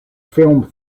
film